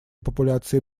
популяции